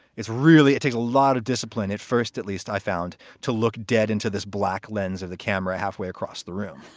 it's really it take a lot of discipline at first at least, i found to look dead into this black lens of the camera. halfway across the room.